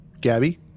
Gabby